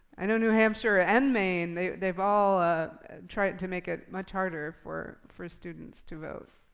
i know new hampshire and maine, they've they've all tried to make it much harder for for students to vote.